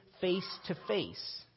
face-to-face